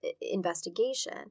investigation